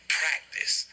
practice